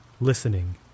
listening